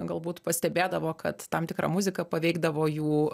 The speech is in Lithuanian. galbūt pastebėdavo kad tam tikra muzika paveikdavo jų